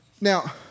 Now